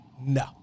no